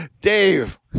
Dave